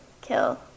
kill